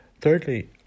Thirdly